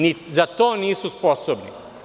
Ni za to nisu sposobni.